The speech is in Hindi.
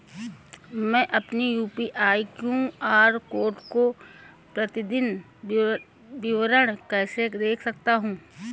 मैं अपनी यू.पी.आई क्यू.आर कोड का प्रतीदीन विवरण कैसे देख सकता हूँ?